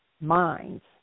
minds